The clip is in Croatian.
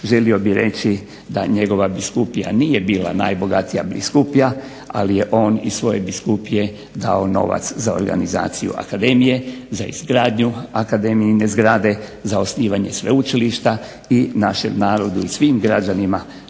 Želio bih reći da njegova biskupija nije bila najbogatija biskupija ali je on iz svoje biskupije dao novac za organizaciju akademije, za izgradnju akademijine zgrade, za osnivanje sveučilišta i našem narodu i svim građanima